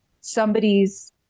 somebody's